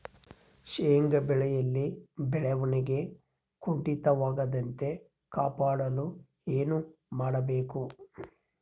ಶೇಂಗಾ ಬೆಳೆಯಲ್ಲಿ ಬೆಳವಣಿಗೆ ಕುಂಠಿತವಾಗದಂತೆ ಕಾಪಾಡಲು ಏನು ಮಾಡಬೇಕು?